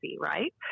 right